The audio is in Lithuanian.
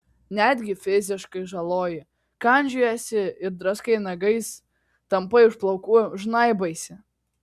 netgi fiziškai žaloji kandžiojiesi ir draskai nagais tampai už plaukų žnaibaisi